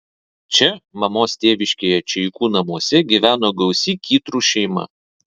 čia mamos tėviškėje čeikų namuose gyveno gausi kytrų šeima